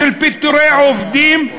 פיטורי עובדים,